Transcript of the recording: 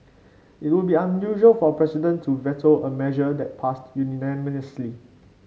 it would be unusual for a president to veto a measure that passed unanimously